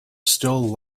still